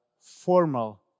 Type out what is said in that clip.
formal